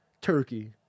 Turkey